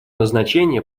назначение